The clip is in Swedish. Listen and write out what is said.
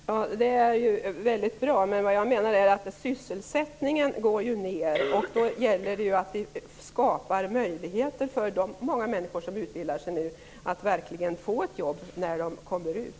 Fru talman! Det är ju väldigt bra. Men vad jag menar är att när sysselsättningen nu går ned gäller det att vi skapar möjligheter för de många människor som utbildar sig att verkligen få ett jobb när de kommer ut.